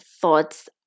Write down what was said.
thoughts